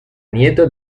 nieto